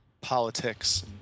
politics